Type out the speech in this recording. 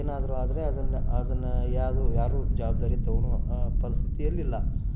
ಏನಾದ್ರೂ ಆದರೆ ಅದನ್ನು ಅದನ್ನು ಯಾರು ಯಾರೂ ಜವಾಬ್ದಾರಿ ತೊಗೊಳ್ಳೋ ಪರಿಸ್ಥಿತಿಯಲ್ಲಿಲ್ಲ